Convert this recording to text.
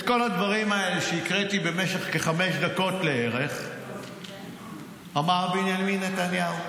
את כל הדברים האלה שהקראתי במשך כחמש דקות לערך אמר בנימין נתניהו,